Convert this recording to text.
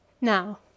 Now